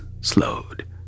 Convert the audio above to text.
slowed